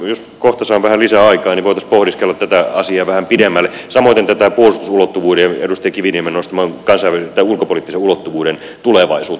jos kohta saan vähän lisää aikaa niin voitaisiin pohdiskella tätä asiaa vähän pidemmälle samoiten tätä puolustusulottuvuuden ja edustaja kiviniemen nostaman ulkopoliittisen ulottuvuuden tulevaisuutta